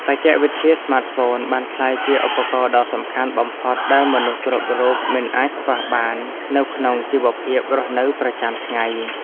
បច្ចេកវិទ្យាស្មាតហ្វូនបានក្លាយជាឧបករណ៍ដ៏សំខាន់បំផុតដែលមនុស្សគ្រប់រូបមិនអាចខ្វះបាននៅក្នុងជីវភាពរស់នៅប្រចាំថ្ងៃ។